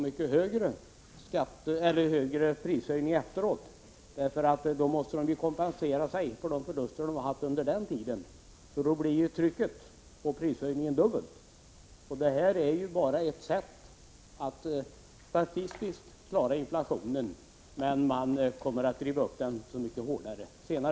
Får de inte höja priserna nu, blir ju prishöjningen så mycket större senare. Prisstoppet är bara ett sätt att statistiskt klara inflationsmålet. Priserna kommer att drivas upp så mycket mer sedan.